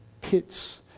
pits